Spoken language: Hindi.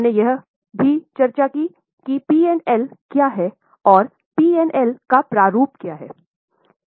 हमने यह भी चर्चा की है कि पी और एल क्या है और पी और एल का प्रारूप क्या है